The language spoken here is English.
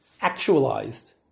actualized